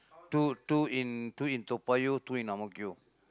two two in two in Toa-Payoh two in Ang-Mo-Kio